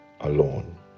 alone